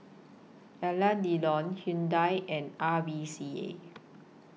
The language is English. Alain Delon Hyundai and R V C A